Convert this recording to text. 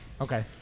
Okay